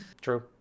True